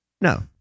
No